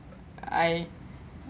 I